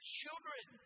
children